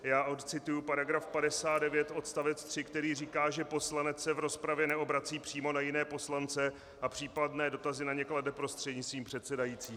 Já odcituji § 59 odst. 3, který říká, že poslanec se v rozpravě neobrací přímo na jiné poslance a případné dotazy na ně klade prostřednictvím předsedajícího.